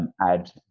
add